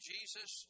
Jesus